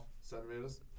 centimeters